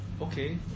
okay